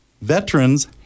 Veterans